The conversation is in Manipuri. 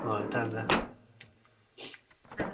ꯍꯣꯏ ꯊꯝꯃꯦ ꯊꯝꯃꯦ